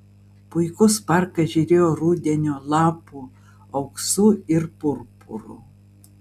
puikus parkas žėrėjo rudenio lapų auksu ir purpuru